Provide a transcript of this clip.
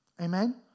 Amen